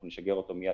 אנחנו נשגר אותו מייד,